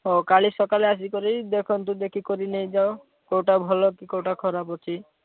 ହଉ କାଲି ସକାଳେ ଆସିକରି ଦେଖନ୍ତୁ ଦେଖିକରି ନେଇଯାଅ କେଉଁଟା ଭଲ କି କେଉଁଟା ଖରାପ ଅଛି